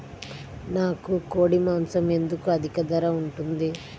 నాకు కోడి మాసం ఎందుకు అధిక ధర ఉంటుంది?